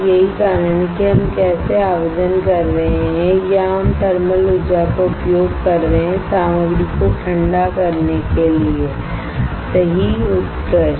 यही कारण है कि हम कैसे आवेदन कर रहे हैं या हम थर्मलऊर्जा का उपयोग कर रहे हैं सामग्री के वाष्पीकरण के लिए सही उत्कृष्ट